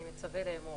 אני מצווה לאמור: